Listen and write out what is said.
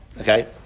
Okay